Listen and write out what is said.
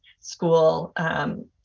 school